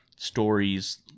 Stories